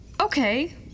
Okay